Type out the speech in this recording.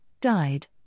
died